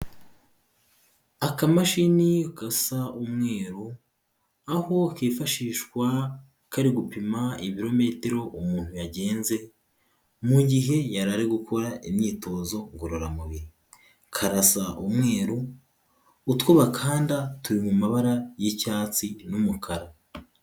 Akamashini gasa umweru aho kifashishwa kari gupima ibirometero umuntu yagenze mu gihe yara ari gukora imyitozo ngororamubiri, karasa umweru utwo bakanda turi mu mabara y'icyatsi n'umukara.